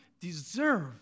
deserve